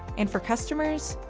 and for customers,